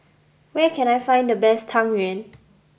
where can I find the best Tang Yuen